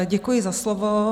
Děkuji za slovo.